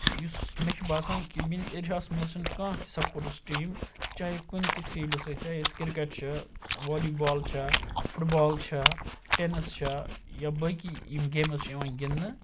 یُس مےٚ چھُ باسان کہِ میٲنِس ایریاہَس مَنٛز چھُ نہٕ کانٛہہ سپوٹس ٹیٖم چاہے کُنتہِ فیٖلڈٕ سۭتۍ چاہے سُہ کِرکَٹ چھ والی بال چھےٚ فُٹ بال چھےٚ ٹیٚنس چھےٚ یا باقٕے یِم گیمٕز چھِ یِوان گِنٛدنہٕ